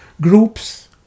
groups